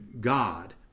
God